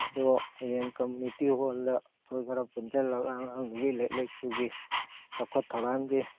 ꯑꯗꯨ ꯍꯌꯦꯡ ꯀꯝꯃꯨꯅꯤꯇꯤ ꯍꯣꯜꯗ ꯑꯩꯈꯣꯏ ꯈꯔ ꯄꯨꯟꯁꯜꯂꯒ ꯑꯉꯥꯡ ꯅꯨꯕꯤ ꯂꯥꯏꯔꯤꯛ ꯂꯥꯏꯁꯨꯒꯤ ꯆꯥꯎꯈꯠ ꯊꯧꯔꯥꯡꯒꯤ